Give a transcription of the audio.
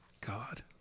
God